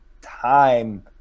time